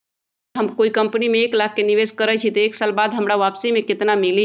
अगर हम कोई कंपनी में एक लाख के निवेस करईछी त एक साल बाद हमरा वापसी में केतना मिली?